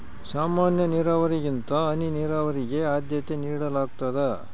ಸಾಮಾನ್ಯ ನೇರಾವರಿಗಿಂತ ಹನಿ ನೇರಾವರಿಗೆ ಆದ್ಯತೆ ನೇಡಲಾಗ್ತದ